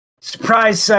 Surprise